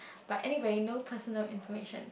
but anyway no personal information